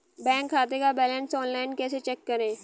Bank खाते का balance online कैसे चेक करें?